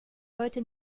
heute